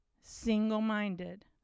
single-minded